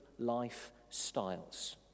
lifestyles